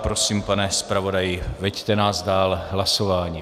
Prosím, pane zpravodaji, veďte nás dál hlasováním.